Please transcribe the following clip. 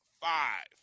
five